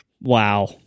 wow